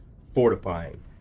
fortifying